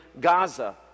Gaza